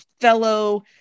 fellow